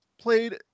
played